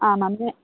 മാം ഞ